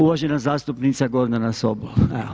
Uvažena zastupnica Gordana Sobol.